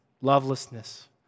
lovelessness